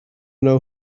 know